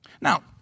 Now